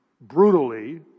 brutally